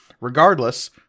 regardless